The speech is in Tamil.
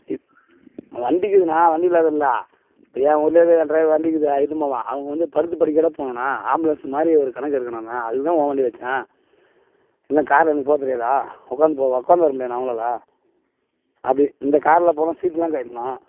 வண்டிக்குக்குதுண்ண வண்டி இல்லாத இல்லை என் வீட்லே என்கிட்டையே வண்டிருக்குது இட்டுன்னு போவேன் அவங்க வந்து படுத்து படுக்கையோடய போகணுன்னா ஆம்ப்லன்ஸ் மாதிரி ஒரு கணக்கு இருக்குதுணுண்ண அதுக்கு தான் உன் வண்டியை வைச்சேன் இல்லைன்னா காரில் எனக்கு போகத்தெரியாதா உட்காந்து போக உட்காந்து வரமுடியாதுண்ண அவங்களால அப்படி இந்த காரில் போனால் சீட்டுலாம் கழட்டலாம்